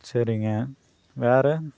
சரிங்க வேற